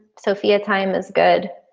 sofia time is good.